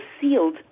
sealed